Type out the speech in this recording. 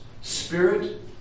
Spirit